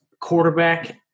quarterback